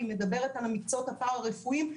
על המקצועות הפרה רפואיים,